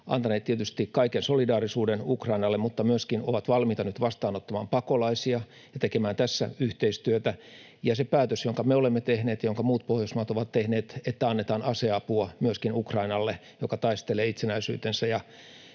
antaneet tietysti kaiken solidaarisuuden Ukrainalle mutta myöskin ovat valmiita nyt vastaanottamaan pakolaisia ja tekemään tässä yhteistyötä. Se päätös, jonka me olemme tehneet, jonka muut Pohjoismaat ovat tehneet, että annetaan aseapua myöskin Ukrainalle, joka taistelee itsenäisyytensä